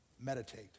Meditate